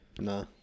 Nah